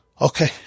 Okay